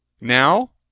Now